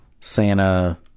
Santa